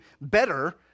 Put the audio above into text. better